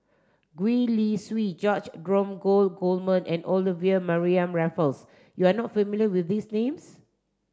Gwee Li Sui George Dromgold Coleman and Olivia Mariamne Raffles you are not familiar with these names